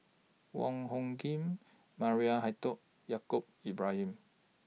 Wong Hung Khim Maria Hertogh Yaacob Ibrahim